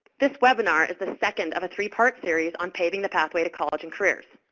this webinar is the second of a three-part series on paving the pathway to college and careers.